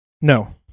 No